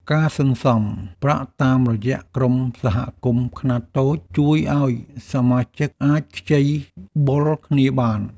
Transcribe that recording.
ការសន្សំប្រាក់តាមរយៈក្រុមសហគមន៍ខ្នាតតូច ជួយឱ្យសមាជិកអាចខ្ចីបុលគ្នាបាន។